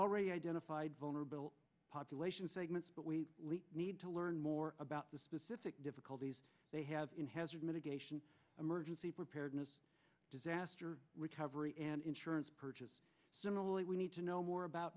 already identified vulnerable population segments but we need to learn more about the specific difficulties they have in hazard mitigation emergency preparedness disaster recovery and insurance purchase generally we need to know more about